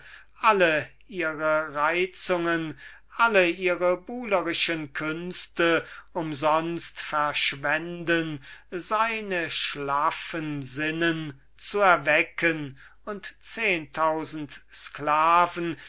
alle ihre reizungen alle ihre buhlerische künste umsonst verschwenden ihre schlaffen sinnen zu erwecken und zehen tausend sklaven